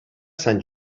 sant